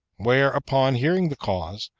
where, upon hearing the cause,